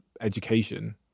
education